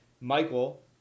Michael